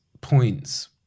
points